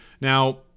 Now